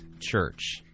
Church